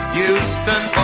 Houston